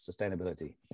sustainability